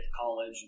college